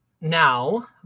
now